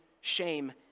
shame